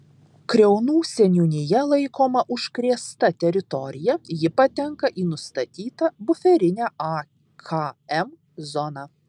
kriaunų seniūnija laikoma užkrėsta teritorija ji patenka į nustatytą buferinę akm zoną